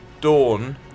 Dawn